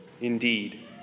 indeed